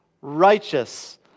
righteous